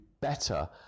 better